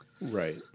Right